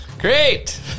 Great